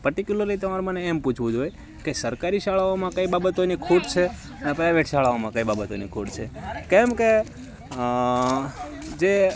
particularly તમારે મને એમ પૂછવું જોઈએ કે સરકારી શાળાઓમાં કઈ બાબતોની ખોટ છે અને પ્રાઇવેટ શાળાઓમાં કઈ બાબતોની ખોટ છે કેમકે જે